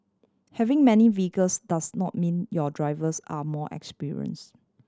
having many vehicles does not mean your drivers are more experience